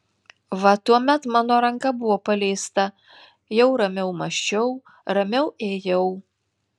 va tuomet mano ranka buvo paleista jau ramiau mąsčiau ramiau ėjau